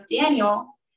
Daniel